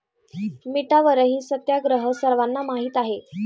मिठावरील सत्याग्रह सर्वांना माहीत आहे